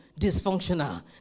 dysfunctional